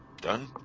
Done